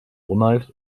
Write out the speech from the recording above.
ronald